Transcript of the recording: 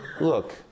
Look